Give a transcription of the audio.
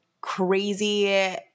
crazy